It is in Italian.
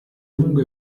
lungo